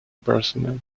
personnel